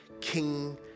King